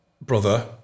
brother